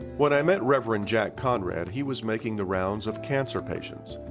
when i met reverend jack conrad, he was making the rounds of cancer patients,